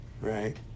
Right